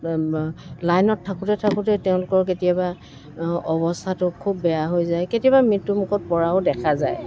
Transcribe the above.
লাইনত থাকোঁতে থাকোঁতেই তেওঁলোকৰ কেতিয়াবা অৱস্থাটো খুব বেয়া হৈ যায় কেতিয়াবা মৃত্যুমুখত পৰাও দেখা যায়